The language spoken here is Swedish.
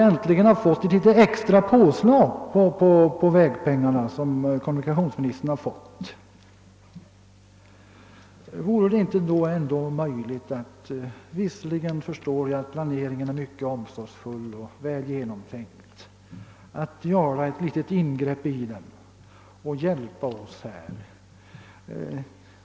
Men jag anknyter till vad jag sade tidigare och frågar: Vore det inte möjligt för kommunikationsministern att nu, när han fått ett extra påslag på vägpengarna, göra ett litet ingrepp och hjälpa oss?